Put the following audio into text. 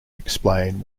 explain